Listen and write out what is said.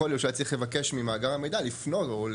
יכול להיות שהיה צריך לבקש ממאגר המידע לפנות או,